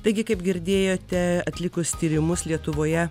taigi kaip girdėjote atlikus tyrimus lietuvoje